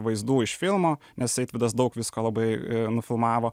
vaizdų iš filmo nes eitvydas daug visko labai nufilmavo